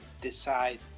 decide